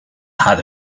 had